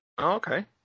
Okay